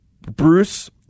Bruce